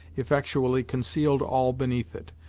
effectually concealed all beneath it.